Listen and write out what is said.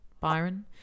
Byron